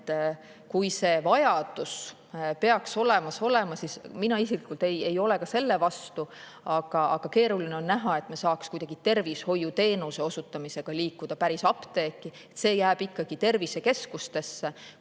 Kui vajadus peaks olemas olema, siis mina isiklikult ei ole ka selle vastu, aga keeruline on näha, et me saaks kuidagi tervishoiuteenuse osutamisega päris apteeki liikuda. See jääb ikkagi tervisekeskustesse,